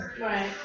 Right